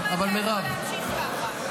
כמה זמן זה יכול להימשך ככה?